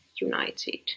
united